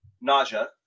nausea